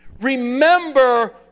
remember